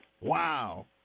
Wow